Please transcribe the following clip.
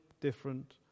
different